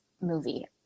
movie